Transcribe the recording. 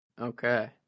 Okay